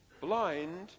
blind